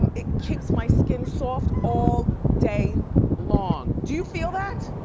um it keeps my skin soft all day long. do you feel that?